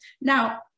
now